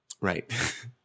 Right